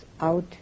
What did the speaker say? out